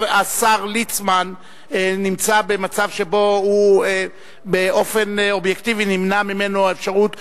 השר ליצמן נמצא במצב שבאופן אובייקטיבי נמנעה ממנו האפשרות,